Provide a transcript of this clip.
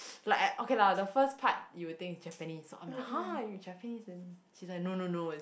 like I okay lah the first part you think is Japanese I'm like !huh! you Japanese then she's said no no no